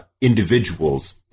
individuals